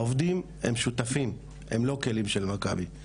העובדים הם שותפים, הם לא כלים של מכבי.